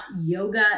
yoga